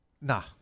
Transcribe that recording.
nah